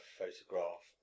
photograph